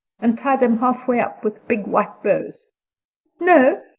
and tie them halfway up with big white bows no,